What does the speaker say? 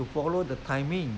to follow the timing